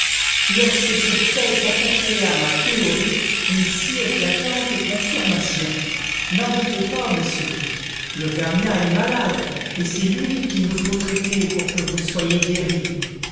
lorsque ce fait apportait à ma théorie une si éclatante confirmation n'en doutez pas monsieur l'auvergnat est malade et c'est lui qu'il nous faut traiter pour que vous soyez guéri